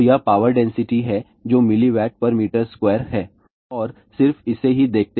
तो यह power density है जो mW m2 है और सिर्फ इसे ही देखते हैं